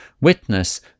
witness